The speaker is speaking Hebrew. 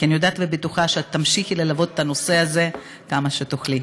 כי אני יודעת ובטוחה שתמשיכי ללוות את הנושא הזה כמה שתוכלי.